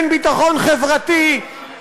אין ביטחון חברתי,